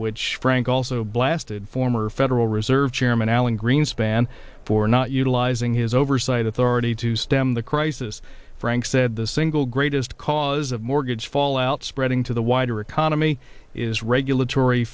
which frank also blasted former federal reserve chairman alan greenspan for not utilizing his oversight authority to stem the crisis frank said the single greatest cause of mortgage fallout spreading to the wider economy is regulatory